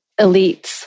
elites